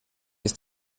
ist